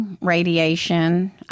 radiation